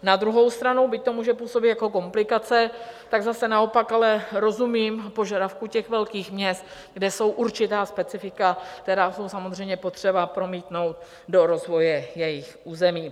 Na druhou stranu, byť to může působit jako komplikace, tak zase naopak ale rozumím požadavku velkých měst, kde jsou určitá specifika, která je samozřejmě potřeba promítnout do rozvoje jejich území.